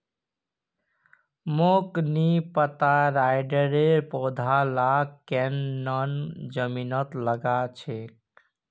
मोक नी पता राइर पौधा लाक केन न जमीनत लगा छेक